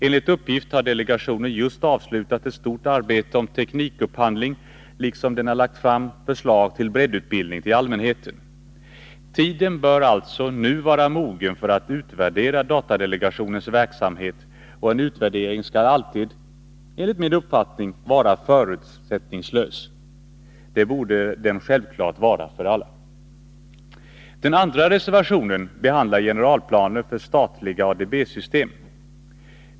Enligt uppgift har delegationen just avslutat ett stort arbete om teknikupphandling, liksom den har lagt fram förslag till breddutbildning för allmänheten. Tiden bör alltså nu vara mogen för att utvärdera datadelegationens verksamhet, och en utvärdering skall alltid vara förutsättningslös. Det borde vara självklart för alla! Den andra reservationen behandlar generalplaner för statliga ADB system.